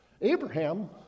Abraham